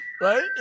Right